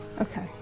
Okay